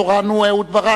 התש''ע 2009,